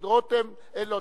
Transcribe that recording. דוד רותם ביטל.